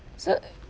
so